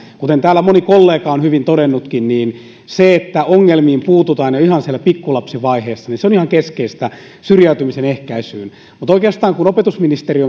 kuten täällä moni kollega on hyvin todennutkin niin se että ongelmiin puututaan jo ihan siellä pikkulapsivaiheessa on ihan keskeistä syrjäytymisen ehkäisyssä mutta oikeastaan kun opetusministeri